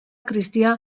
cristià